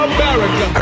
America